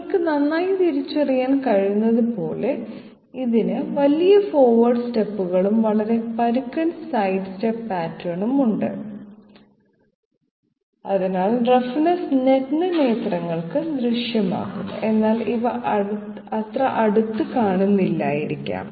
നിങ്ങൾക്ക് നന്നായി തിരിച്ചറിയാൻ കഴിയുന്നതുപോലെ ഇതിന് വലിയ ഫോർവേഡ് സ്റ്റെപ്പുകളും വളരെ പരുക്കൻ സൈഡ് സ്റ്റെപ്പ് പാറ്റേണും ഉണ്ട് അതിനാൽ റഫ്നെസ്സ് നഗ്നനേത്രങ്ങൾക്ക് ദൃശ്യമാകും എന്നാൽ ഇവ അത്ര അടുത്ത് കാണുന്നില്ലായിരിക്കാം